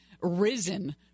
risen